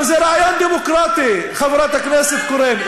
אבל זה רעיון דמוקרטי, חברת הכנסת קורן.